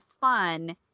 fun